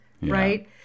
right